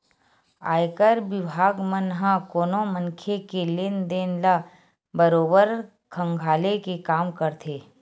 आयकर बिभाग मन ह कोनो मनखे के लेन देन ल बरोबर खंघाले के काम करथे